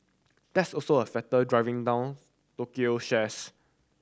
that's also a factor driving down Tokyo shares